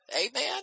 amen